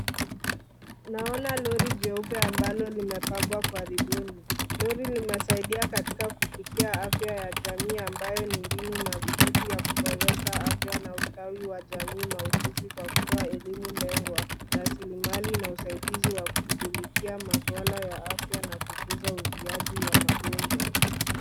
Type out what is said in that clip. Naona lori jeupe ambalo limepambwa karibuni. Lori limesaidia katika kufikia afya ya jamii ambayo ni mbinu madhubuti ya kuboresha afya na ustawi wa jamii mahususi kwa kutoa elimu lengwa, rasilimali na usaidizi wa kushughulikia masuala ya afya na kukuza uzuiaji wa magonjwa.